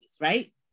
right